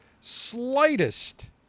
slightest